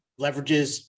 leverages